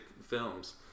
films